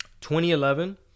2011